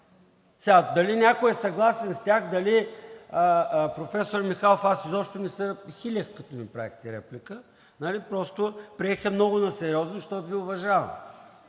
Дали някой е съгласен с тях? Професор Михайлов, аз изобщо не се хилех, като ми правехте реплика, а просто я приех много насериозно, защото Ви уважавам.